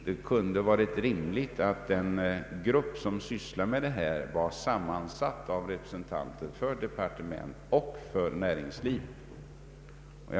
Det kunde varit rimligt att den grupp som sysslar med dessa frågor varit sammansatt av representanter för departementet och näringslivet.